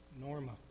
Norma